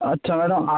আচ্ছা ম্যাডাম